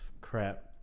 crap